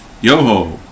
Yo-ho